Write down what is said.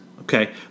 okay